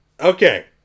Okay